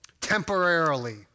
Temporarily